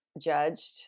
judged